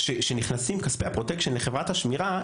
כשנכנסים כספי הפרוטקשן לחברת השמירה,